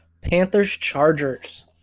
Panthers-Chargers